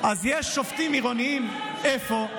יש שופטים עירוניים, איפה?